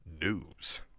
news